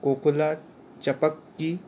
কোকোলার